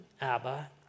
Abba